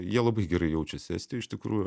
jie labai gerai jaučiasi estijoj iš tikrųjų